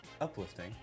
uplifting